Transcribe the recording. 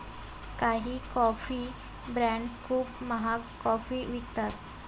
काही coffee brands खूप महाग कॉफी विकतात